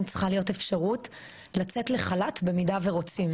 צריכה להיות אפשרות לצאת לחל"ת במידה ורוצים.